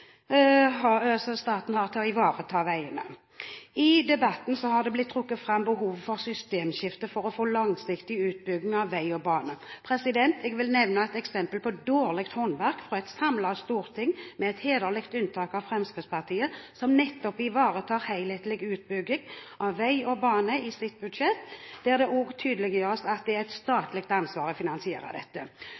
har til å ivareta veiene. I debatten har man trukket fram behovet for systemskifte for å få langsiktig utbygging av vei og bane. Jeg vil nevne ett eksempel på dårlig håndverk av et samlet storting, med et hederlig unntak av Fremskrittspartiet, som nettopp ivaretar helhetlig utbygging av vei og bane i sitt budsjett, og der det også tydeliggjøres at det er et statlig ansvar å finansiere dette.